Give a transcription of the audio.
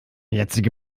jetzige